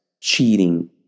cheating